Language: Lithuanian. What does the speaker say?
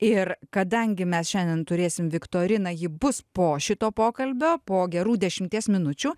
ir kadangi mes šiandien turėsim viktoriną ji bus po šito pokalbio po gerų dešimties minučių